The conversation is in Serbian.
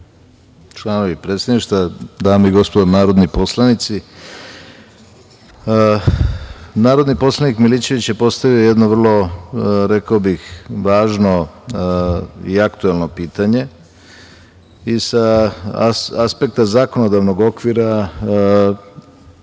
predsedništva, dame i gospodo narodni poslanici, narodni poslanik Milićević je postavio jedno vrlo važno i aktuelno pitanje sa aspekta zakonodavnog okvira